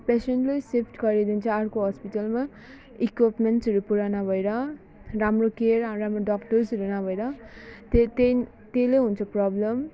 पेसेन्टलाई सिफ्ट गरिदिन्छ अर्को हस्पिटलमा इकुप्मेन्ट्सहरू पुरा नभएर राम्रो केयर राम्रो डक्टर्सहरू नभएर ते त्यहाँदेखि त्यसले हुन्छ प्रब्लम